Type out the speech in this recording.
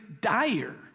dire